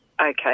Okay